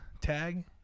Tag